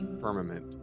firmament